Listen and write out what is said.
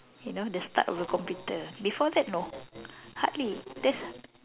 you know the start of the computer before that no hardly there's